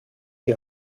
die